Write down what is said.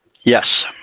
Yes